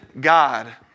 God